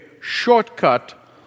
shortcut